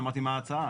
אני אמרתי מה ההצעה.